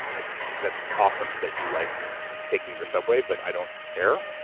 like that's awesome that you like taking your subway, but i don't care.